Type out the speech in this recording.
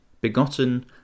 begotten